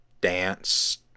dance